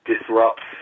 disrupts